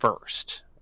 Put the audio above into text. first